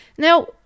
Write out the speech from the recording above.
Now